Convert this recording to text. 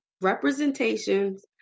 representations